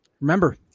Remember